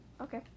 Okay